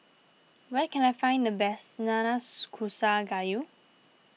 where can I find the best Nanas Kusa Gayu